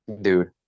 dude